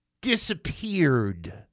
disappeared